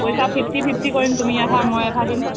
পইচা fifty fifty কৰিম তুমি আধা মই আধা দিম